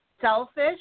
selfish